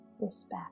respect